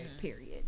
period